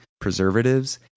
preservatives